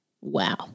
wow